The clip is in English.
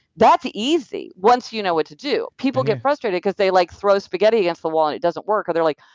that's easy once you know what to do people get frustrated because they like throw spaghetti against the wall and it doesn't work or they're like,